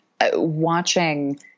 watching